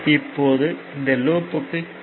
இப்போது இந்த லூப்க்கு கே